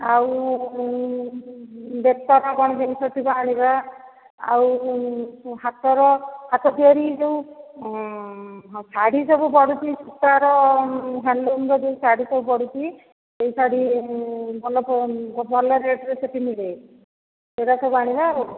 ଆଉ ବେତର କ'ଣ ଜିନିଷ ଥିବ ଆଣିବା ଆଉ ହାତର ହାତ ତିଆରି ଯେଉଁ ଶାଢ଼ୀ ସବୁ ପଡୁଛି ସୁତାର ହ୍ୟାଣ୍ଡଲୁମ୍ର ଯେଉଁ ଶାଢ଼ୀ ସବୁ ପଡ଼ୁଛି ସେଇ ଶାଢ଼ୀ ଭଲ ଭଲ ରେଟ୍ରେ ସେ'ଠି ମିଳେ ସେଗୁଡ଼ା ସବୁ ଆଣିବା ଆଉ